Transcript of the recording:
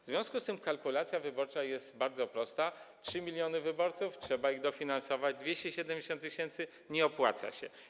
W związku z tym kalkulacja wyborcza jest bardzo prosta: 3 mln wyborców - trzeba ich dofinansować, 270 tys. - nie opłaca się.